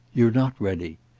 you're not ready.